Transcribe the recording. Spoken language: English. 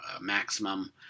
maximum